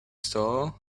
store